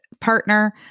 partner